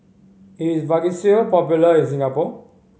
is Vagisil popular in Singapore